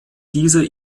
dieser